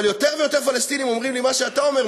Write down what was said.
אבל יותר ויותר פלסטינים אומרים לי מה שאתה אומר,